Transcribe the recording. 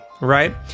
right